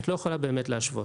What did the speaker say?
את לא יכולה באמת להשוות.